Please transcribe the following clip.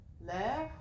left